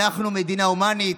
אנחנו מדינה הומנית,